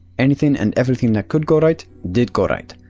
anything and everything that could go right, did go right,